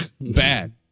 Bad